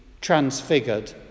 transfigured